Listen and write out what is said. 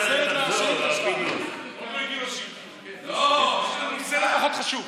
בסדר, הרב פינדרוס, נושא לא פחות חשוב.